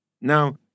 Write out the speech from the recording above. Now